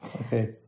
Okay